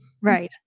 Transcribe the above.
right